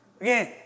Again